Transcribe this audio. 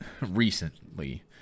recently